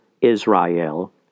Israel